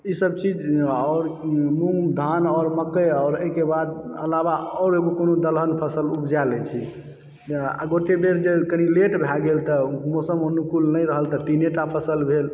ईसभ चीज आओर मूँग धान आओर मकै आओर एहिके बाद अलावा आओर एगो कोनो दलहन फसल उपजाय लैत छी आ गोटे बेर जे कनी लेट भए गेल तऽ मौसम अनुकूल नहि रहल तऽ तीने टा फसल भेल